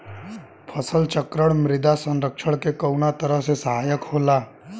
फसल चक्रण मृदा संरक्षण में कउना तरह से सहायक होला?